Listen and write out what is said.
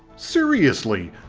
seriously!